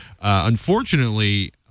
unfortunately